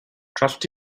trust